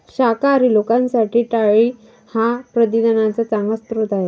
शाकाहारी लोकांसाठी डाळी हा प्रथिनांचा चांगला स्रोत आहे